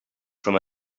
from